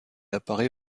apparaît